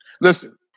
Listen